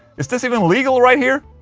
is this even legal right here?